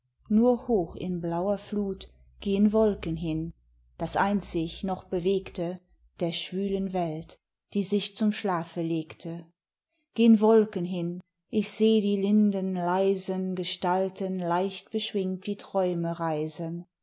nur hoch in blauer flut gehn wolken hin das einzig noch bewegte der schwülen welt die sich zum schlafe legte gehn wolken hin ich seh die linden leisen gestalten leichtbeschwingt wie träume reisen